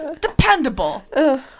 Dependable